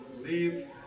leave